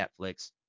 Netflix